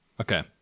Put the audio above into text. okay